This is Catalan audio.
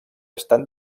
estan